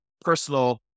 personal